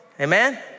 Amen